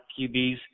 QBs